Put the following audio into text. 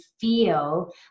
feel